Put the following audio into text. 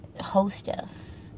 Hostess